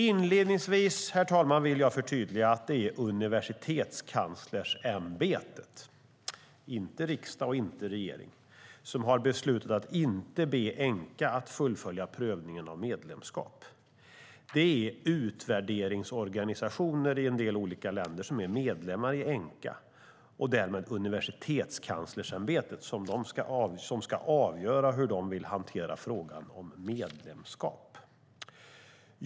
Inledningsvis, herr talman, vill jag förtydliga att det är Universitetskanslersämbetet, inte riksdag och inte regering, som har beslutat att inte be Enqa att fullfölja prövningen av medlemskap. Det är utvärderingsorganisationer i en del olika länder som är medlemmar i Enqa och därmed Universitetskanslersämbetet som ska avgöra hur de vill hantera frågan om medlemskap.